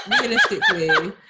realistically